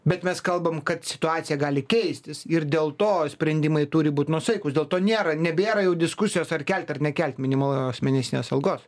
bet mes kalbam kad situacija gali keistis ir dėl to sprendimai turi būt nuosaikūs dėl to nėra nebėra jau diskusijos ar kelti ar nekelti minimalios mėnesinės algos